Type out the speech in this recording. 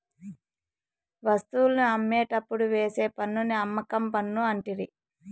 వస్తువుల్ని అమ్మేటప్పుడు వేసే పన్నుని అమ్మకం పన్ను అంటిరి